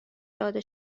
داده